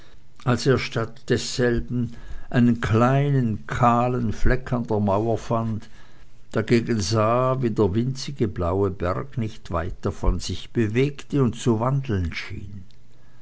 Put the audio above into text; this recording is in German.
als er statt desselben einen kleinen kahlen fleck an der mauer fand dagegen sah wie der winzige blaue berg nicht weit davon sich bewegte und zu wandeln schien